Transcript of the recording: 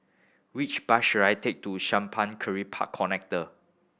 which bus should I take to Simpang Kiri Park Connector